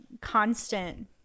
constant